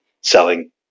selling